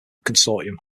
consortium